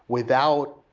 without